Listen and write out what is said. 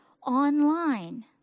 online